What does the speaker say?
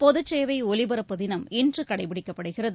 பொதுசேவைஒலிபரப்பு தினம் இன்றுகடைபிடிக்கப்படுகிறது